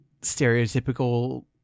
stereotypical